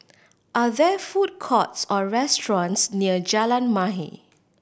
are there food courts or restaurants near Jalan Mahir